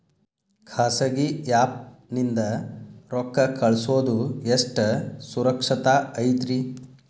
ಖಾಸಗಿ ಆ್ಯಪ್ ನಿಂದ ರೊಕ್ಕ ಕಳ್ಸೋದು ಎಷ್ಟ ಸುರಕ್ಷತಾ ಐತ್ರಿ?